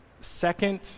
second